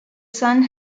son